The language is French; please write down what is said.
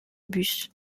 bus